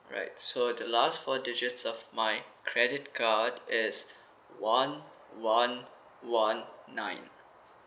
right so the last four digits of my credit card is one one one nine